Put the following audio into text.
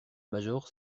major